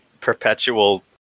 Perpetual